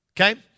Okay